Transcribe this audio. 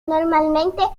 normalmente